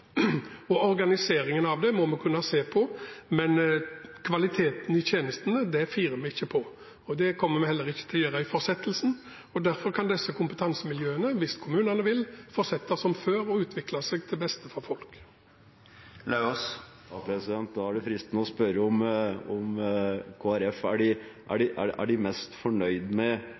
nivå. Organiseringen av det må vi kunne se på, men kvaliteten i tjenestene firer vi ikke på. Det kommer vi heller ikke til å gjøre i fortsettelsen. Derfor kan disse kompetansemiljøene – hvis kommunene vil – fortsette som før og utvikle seg til beste for folk. Da er det fristende å spørre Kristelig Folkeparti: Er de mest fornøyd med det de er med